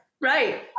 right